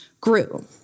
grew